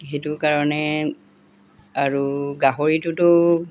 সেইটো কাৰণে আৰু গাহৰিটোতো